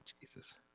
jesus